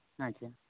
ᱟᱪᱪᱷᱟ